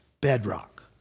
bedrock